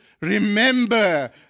remember